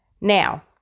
Now